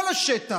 כל השטח,